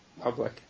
public